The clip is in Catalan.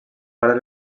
part